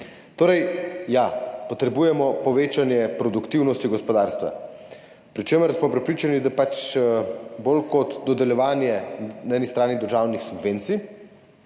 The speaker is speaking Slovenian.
Ja, potrebujemo povečanje produktivnosti gospodarstva, pri čemer smo prepričani, da pač bolj kot nasploh dodeljevanje na eni strani državnih subvencij,